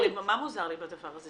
מה מוזר לי בדבר הזה?